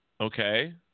Okay